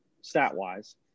stat-wise